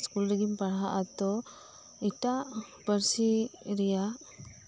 school ᱨᱮᱜᱤᱢ ᱯᱟᱲᱦᱟᱜ ᱟ ᱛᱚ ᱮᱴᱟᱜ ᱯᱟᱹᱨᱥᱤ ᱨᱮᱭᱟᱜ